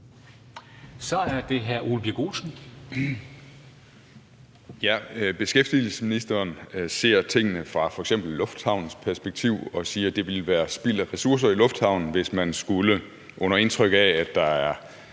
Kl. 11:15 Ole Birk Olesen (LA): Beskæftigelsesministeren ser tingene fra f.eks. et lufthavnsperspektiv og siger, at det ville være spild af ressourcer i lufthavnen, hvis man, under indtryk af at der er